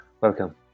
welcome